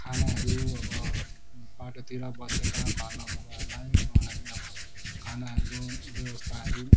खानाहरू अब बाटोतिर बसेका घर नभएकाहरूलाई उहाँहरूले अब खानाहरूको व्यवस्थाहरू